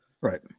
right